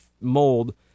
mold